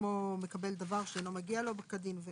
כמו מקבל דבר שאינו מגיע לו כדין,